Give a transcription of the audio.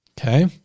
okay